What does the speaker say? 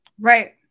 right